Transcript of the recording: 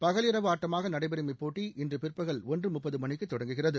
பகல் இரவு ஆட்டமாக நடைபெறும் இப்போட்டி இன்று பிற்பகல் ஒன்று முப்பது மணிக்கு தொடங்குகிறது